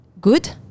good